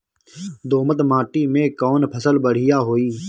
दोमट माटी में कौन फसल बढ़ीया होई?